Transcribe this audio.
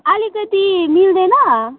अलिकति मिल्दैन